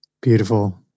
Beautiful